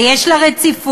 ויש לה רציפות,